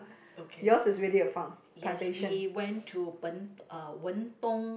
okay yes we went to Ben~ uh Wen Dong